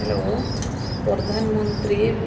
hello ᱯᱨᱚᱫᱷᱟᱱ ᱢᱚᱱᱛᱨᱤ